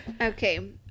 okay